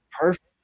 Perfect